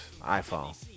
iPhone